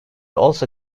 also